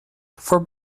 for